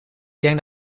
denk